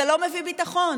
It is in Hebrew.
זה לא מביא ביטחון,